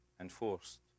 enforced